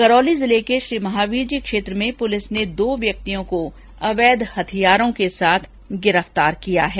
करौली जिले के श्रीमहावीरजी क्षेत्र में पुलिस ने दो व्यक्तियों को अवैध हथियारों के साथ गिरफ्तार किया है